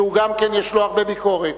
שגם לו יש הרבה ביקורת,